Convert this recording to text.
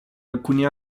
alcuni